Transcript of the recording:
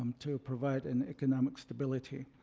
um to provide an economic stability.